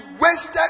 wasted